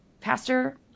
pastor